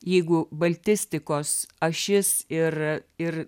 jeigu baltistikos ašis ir ir